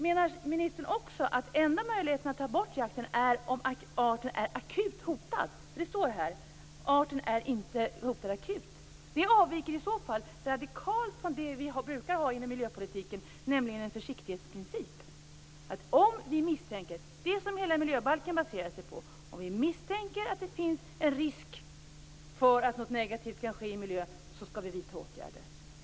Menar ministern också att den enda möjligheten att ta bort jakten är om arten är akut hotad? Det står så här: Arten är inte hotad akut. Det avviker i så fall radikalt från den försiktighetsprincip vi brukar ha inom miljöpolitiken och som hela miljöbalken baserar sig på: Om vi misstänker att det finns en risk att något negativt kan ske i miljön skall vi vidta åtgärder.